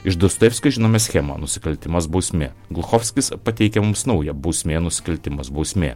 iš dostojevskio žinome schemą nusikaltimas bausmė gluchovskis pateikia mums naują bausmė nusikaltimas bausmė